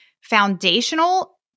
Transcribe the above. foundational